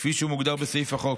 כפי שהוא מוגדר בסעיף החוק,